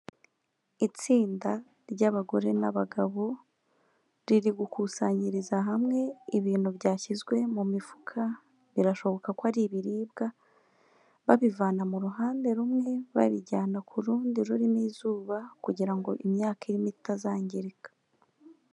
Itsinda ry'abagore n'abagabo riri gukusanyiriza hamwe ibintu byashyizwe mu mifuka birashoboka ko ari ibiribwa, babivana mu ruhande rumwe barijyana ku rundi rurimo izuba, kugira ngo imyaka irimo itazangirika.